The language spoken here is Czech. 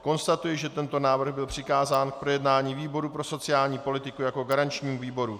Konstatuji, že tento návrh byl přikázán k projednání výboru pro sociální politiku jako garančnímu výboru.